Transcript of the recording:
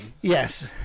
Yes